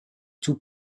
tout